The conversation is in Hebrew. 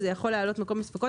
וזה יכול להעלות מקום לספקות.